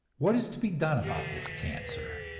what is to be done about this cancer?